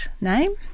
name